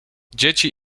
dzieci